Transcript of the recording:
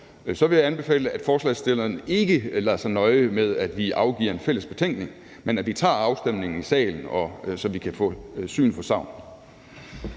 så vil jeg anbefale, at forslagsstilleren ikke lader sig nøje med, at vi afgiver en fælles beretning, men at vi tager afstemningen i salen, så vi kan få syn for sagn.